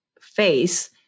face